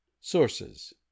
Sources